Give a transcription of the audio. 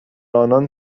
آنان